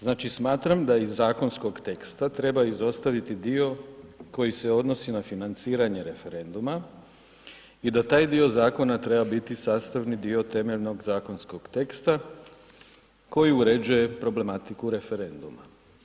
Znači, smatram da iz zakonskog teksta treba izostaviti dio koji se odnosi na financiranje referenduma i da taj dio zakona treba biti sastavni dio temeljnog zakonskog teksta koji uređuje problematiku referenduma.